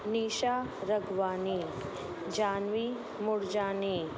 Nisha Ragwani Janvi Moorjani